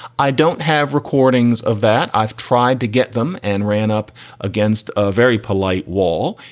i don't have recordings of that. i've tried to get them and ran up against a very polite wall.